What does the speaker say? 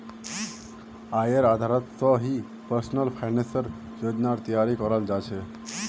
आयेर आधारत स ही पर्सनल फाइनेंसेर योजनार तैयारी कराल जा छेक